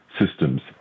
systems